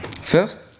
First